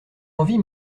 envie